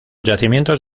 yacimientos